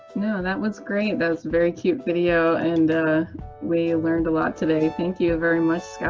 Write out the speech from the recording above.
yeah and that was great! that was very cute video and we learned a lot today. thank you very much, scott!